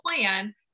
plan